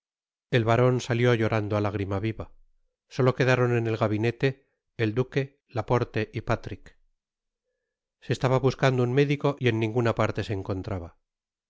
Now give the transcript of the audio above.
el baron salió florando á lágrima viva solo quedaron'en'el gabinete el duque laporte y patrick se estaba buscandojun médico y en ninguna parte se encontraba